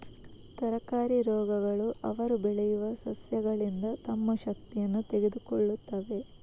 ತರಕಾರಿ ರೋಗಗಳು ಅವರು ಬೆಳೆಯುವ ಸಸ್ಯಗಳಿಂದ ತಮ್ಮ ಶಕ್ತಿಯನ್ನು ತೆಗೆದುಕೊಳ್ಳುತ್ತವೆ